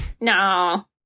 No